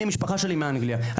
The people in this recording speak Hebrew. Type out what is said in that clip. המשפחה שלי היא מאנגליה.